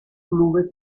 clubes